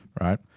right